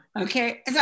Okay